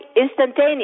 instantaneously